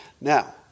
Now